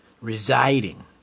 residing